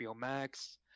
Max